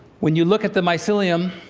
when you look at the mycelium,